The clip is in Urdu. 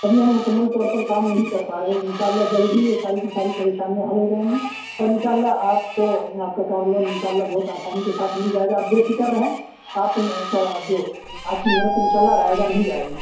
ابھی ہم مکمل طور پر کام نہیں کر پا رہے ہیں ان شاء اللہ جلد ہی یہ ساری کی ساری پریشانیاں حل ہو جائیں گی اور ان شاء اللہ آپ کو میں آپ کا کار لون ان شاء اللہ بہت آسانی کے ساتھ مل جائے گا آپ بےفکر رہیں آپ کا جو آپ کی محنت ان شاء اللہ رائگاں نہیں جائے گی